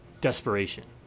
desperation